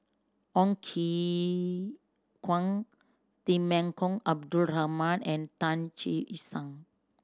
Ong Ye Kung Temenggong Abdul Rahman and Tan Che Sang